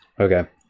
Okay